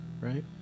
right